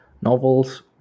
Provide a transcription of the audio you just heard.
novels